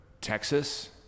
Texas